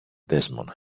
desmond